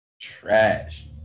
Trash